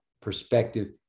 perspective